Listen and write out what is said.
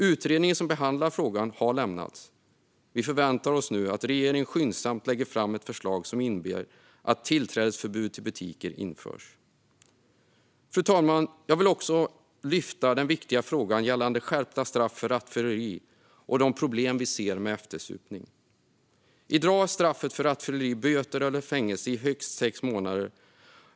Utredningen som behandlar frågan har lämnats till regeringen, och vi förväntar oss nu att regeringen skyndsamt lägger fram ett förslag som innebär att tillträdesförbud till butiker införs. Fru talman! Jag vill också lyfta upp den viktiga frågan som gäller skärpta straff för rattfylleri och de problem som vi ser med eftersupning. I dag är straffet för rattfylleri böter eller fängelse i högst sex månader.